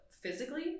physically